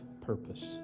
purpose